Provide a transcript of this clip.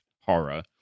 horror